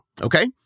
okay